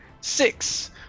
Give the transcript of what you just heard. Six